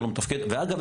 אגב,